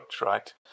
right